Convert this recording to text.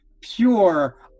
pure